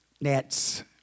Nets